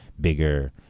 bigger